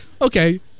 okay